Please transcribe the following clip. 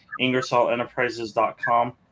IngersollEnterprises.com